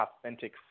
authentic